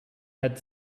had